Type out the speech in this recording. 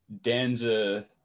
Danza